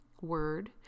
word